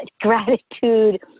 gratitude